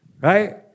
Right